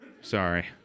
sorry